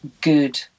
good